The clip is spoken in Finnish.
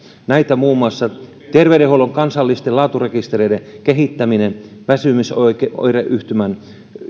näitä ovat muun muassa terveydenhuollon kansallisten laaturekistereiden kehittäminen väsymysoireyhtymän